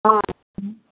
ꯑꯥ